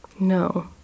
No